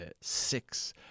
six